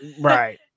Right